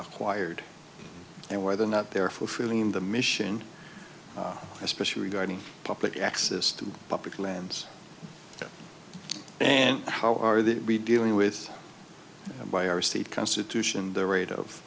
acquired and whether or not they are fulfilling the mission especially regarding public access to public lands and how are they to be dealing with them by our state constitution the rate of